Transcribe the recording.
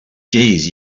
jeez